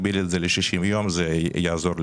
שנגביל את זה ל-60 ימים מה שיעזור לכולם.